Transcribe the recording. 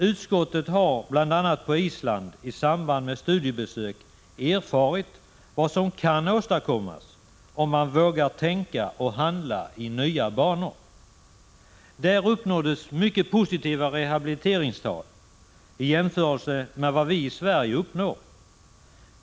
Utskottet har bl.a. på Island i samband med studiebesök erfarit vad som kan åstadkommas om man vågar tänka och handla i nya banor. Där uppnåddes mycket positiva rehabiliteringstal i jämförelse med vad vi i Sverige uppnår.